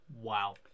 Wow